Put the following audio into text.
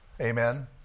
Amen